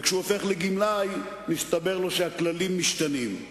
וכשהוא הופך לגמלאי מסתבר לו שהכללים משתנים.